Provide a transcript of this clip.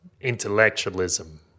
intellectualism